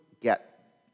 get